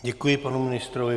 Děkuji panu ministrovi.